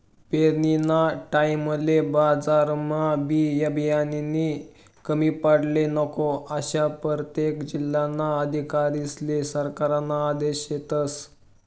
पेरनीना टाईमले बजारमा बी बियानानी कमी पडाले नको, आशा परतेक जिल्हाना अधिकारीस्ले सरकारना आदेश शेतस